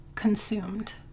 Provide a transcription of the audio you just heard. consumed